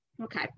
Okay